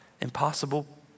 impossible